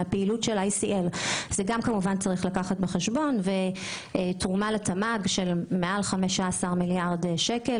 אנחנו תורמים לתמ"ג מעל 15 מיליארד שקלים.